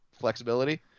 flexibility